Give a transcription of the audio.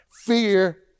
fear